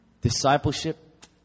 Discipleship